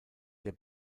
der